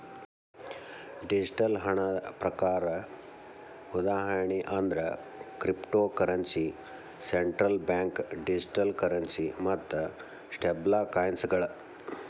digital ಹಣದ ಪ್ರಕಾರ ಉದಾಹರಣಿ ಅಂದ್ರ cryptocurrency, central bank digital currency ಮತ್ತ ಸ್ಟೇಬಲ್ಕಾಯಿನ್ಗಳ